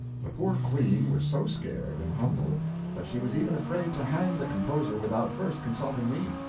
the poor queen was so scared and humbled that she was even afraid to hang the composer without first consulting me.